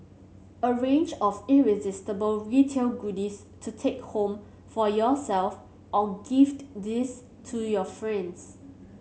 a range of irresistible retail goodies to take home for yourself or gift these to your friends